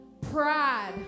pride